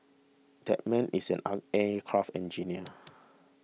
that man is an aircraft engineer